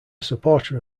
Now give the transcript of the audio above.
supporter